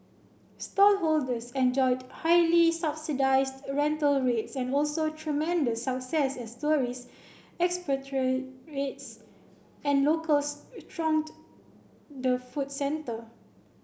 stallholders enjoyed highly subsidised rental rates and also tremendous success as tourists expatriates and locals thronged the food centre